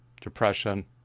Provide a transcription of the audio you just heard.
depression